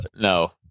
no